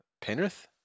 Penrith